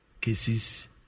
cases